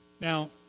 Now